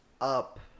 up